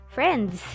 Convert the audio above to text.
Friends